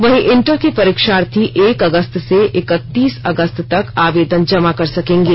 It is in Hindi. वहीं इंटर के परीक्षार्थी एक अगस्त से इकतीस अगस्त तक आवेदन जमा कर सकेंगे